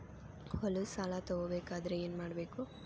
ಹೊಲದ ಸಾಲ ತಗೋಬೇಕಾದ್ರೆ ಏನ್ಮಾಡಬೇಕು?